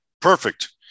Perfect